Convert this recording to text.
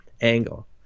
angle